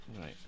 Right